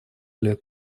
лет